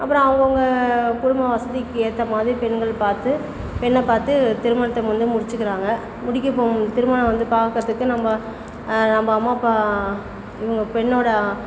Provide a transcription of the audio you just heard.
அப்புறம் அவங்கவுங்க குடும்ப வசதிக்கு ஏற்ற மாதிரி பெண்கள் பார்த்து பெண்ணை பார்த்து திருமணத்தை வந்து முடிச்சுக்கிறாங்க முடிக்க போகும்போது திருமணம் வந்து பார்க்கறதுக்கு நம்ம நம்ம அம்மா அப்பா இவங்க பெண்ணோடய